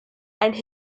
and